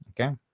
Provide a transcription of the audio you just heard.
okay